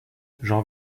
j’en